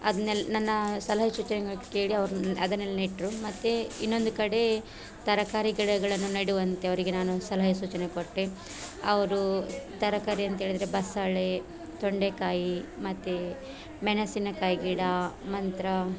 ಅದ್ನೆಲ್ಲ ನನ್ನಾ ಸಲಹೆ ಸೂಚನೆಗಳು ಕೇಳಿ ಅವ್ರು ಅದನ್ನೆಲ್ಲ ನೆಟ್ಟರು ಮತ್ತು ಇನ್ನೊಂದು ಕಡೆ ತರಕಾರಿ ಗಿಡಗಳನ್ನು ನೆಡುವಂತೆ ಅವರಿಗೆ ನಾನು ಸಲಹೆ ಸೂಚನೆ ಕೊಟ್ಟೆ ಅವರೂ ತರಕಾರಿ ಅಂತ್ಹೇಳಿದ್ರೆ ಬಸಳೆ ತೊಂಡೆಕಾಯಿ ಮತ್ತು ಮೆಣಸಿನಕಾಯಿ ಗಿಡ ಮಂತ್ರ